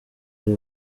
ari